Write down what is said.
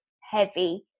heavy